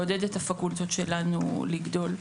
לעודד את הפקולטות שלנו לגדול.